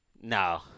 No